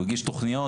הוא הגיש תוכניות,